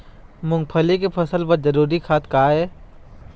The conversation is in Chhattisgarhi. मूंगफली के फसल बर जरूरी खाद का ये?